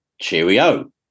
Cheerio